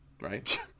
right